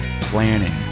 planning